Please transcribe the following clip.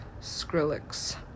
Skrillex